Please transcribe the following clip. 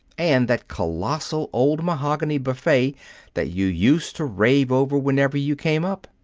and that colossal old mahogany buffet that you used to rave over whenever you came up.